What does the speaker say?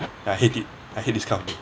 I hate it I hate this kind of thing